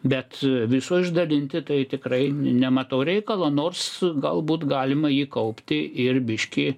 bet viso išdalinti tai tikrai nematau reikalo nors galbūt galima jį kaupti ir biškį